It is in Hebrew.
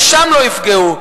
אולי שם לא יפגעו.